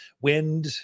wind